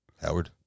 Howard